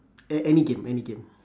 uh any game any game